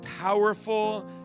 powerful